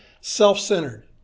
self-centered